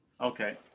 Okay